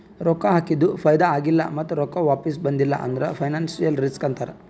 ರೊಕ್ಕಾ ಹಾಕಿದು ಫೈದಾ ಆಗಿಲ್ಲ ಮತ್ತ ರೊಕ್ಕಾ ವಾಪಿಸ್ ಬಂದಿಲ್ಲ ಅಂದುರ್ ಫೈನಾನ್ಸಿಯಲ್ ರಿಸ್ಕ್ ಅಂತಾರ್